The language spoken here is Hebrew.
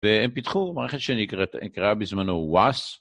והם פיתחו, מערכת שנקראה בזמנו וואס